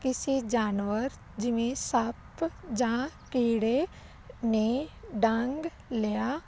ਕਿਸੇ ਜਾਨਵਰ ਜਿਵੇਂ ਸੱਪ ਜਾਂ ਕੀੜੇ ਨੇ ਡੰਗ ਲਿਆ